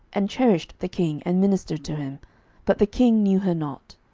and cherished the king, and ministered to him but the king knew her not.